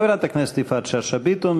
חברת הכנסת יפעת שאשא ביטון.